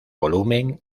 volumen